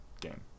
game